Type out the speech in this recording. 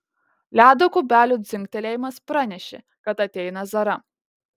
ledo kubelių dzingtelėjimas pranešė kad ateina zara